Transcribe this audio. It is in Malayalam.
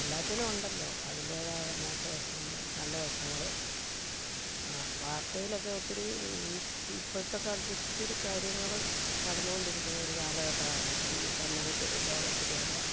എല്ലാത്തിനും ഉണ്ടല്ലോ അതിൻറ്റേതായ മോശവശങ്ങളും നല്ല വശങ്ങളുമൊക്കെ ആ വാർത്തയിലൊക്കെ ഒത്തിരി ഇപ്പോഴത്തെ കാലത്ത് ഒത്തിരി കാര്യങ്ങൾ നടന്നോണ്ടിരിക്കുന്നൊരു കാലഘട്ടമാണ് ഈ സമൂഹത്തിലും ലോകത്തിലുമെല്ലാം